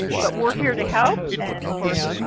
but we're here to help. and, of course,